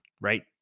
right